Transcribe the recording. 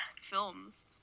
films